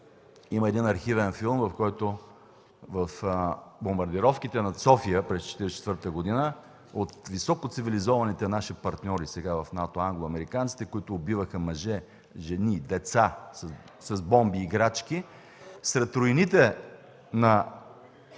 има архивен филм за бомбардировките над София пред 1944 г. от високоцивилизованите наши партньори сега в НАТО – англо-американците, които убиваха мъже, жени и деца с бомби играчки, сред руините на